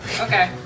Okay